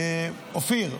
אופיר --- תודה.